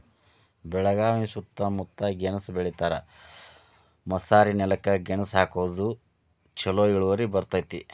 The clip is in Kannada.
ಬೆಳಗಾವಿ ಸೂತ್ತಮುತ್ತ ಗೆಣಸ್ ಬೆಳಿತಾರ, ಮಸಾರಿನೆಲಕ್ಕ ಗೆಣಸ ಹಾಕಿದ್ರ ಛಲೋ ಇಳುವರಿ ಬರ್ತೈತಿ